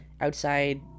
outside